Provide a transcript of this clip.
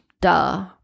Duh